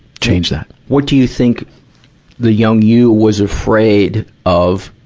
change that. what do you think the young you was afraid of,